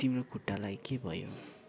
तिम्रो खुट्टालाई के भयो